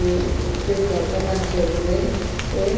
ई त्यस घरका मान्छेहरूले ए